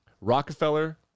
Rockefeller